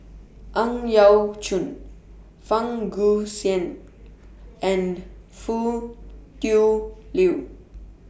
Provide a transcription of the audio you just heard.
Ang Yau Choon Fang Guixiang and Foo Tui Liew